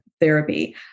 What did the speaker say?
therapy